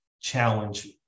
challenge